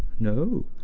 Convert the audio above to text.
no.